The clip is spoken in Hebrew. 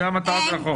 זאת מטרת החוק.